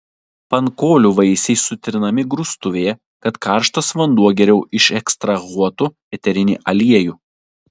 pankolių vaisiai sutrinami grūstuvėje kad karštas vanduo geriau išekstrahuotų eterinį aliejų